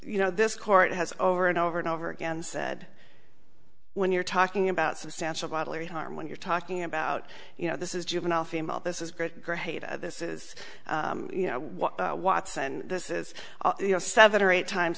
you know this court has over and over and over again said when you're talking about substantial bodily harm when you're talking about you know this is juvenile female this is great great this is you know what watson this is you know seven or eight times